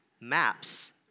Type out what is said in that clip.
maps